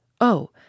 Oh